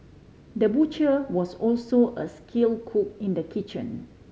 the butcher was also a skill cook in the kitchen